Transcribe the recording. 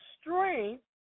strength